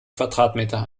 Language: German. quadratmeter